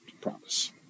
promise